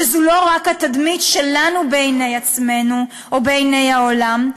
שזו לא רק התדמית שלנו בעיני עצמנו או בעיני העולם,